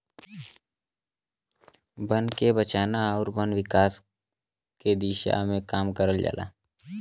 बन के बचाना आउर वन विकास के दिशा में काम करल जाला